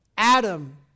Adam